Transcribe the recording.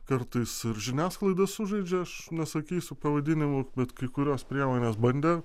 kartais ir žiniasklaida sužaidžia aš nesakysiu pavadinimų bet kai kurios priemonės bandė